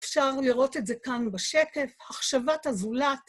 אפשר לראות את זה כאן בשקף, החשבת הזולת.